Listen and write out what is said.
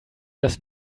das